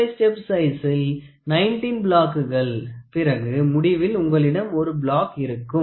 5 step சைசில் 19 பிளாக்குகள் பிறகு முடிவில் உங்களிடம் 1 பிளாக்கு இருக்கும்